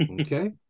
Okay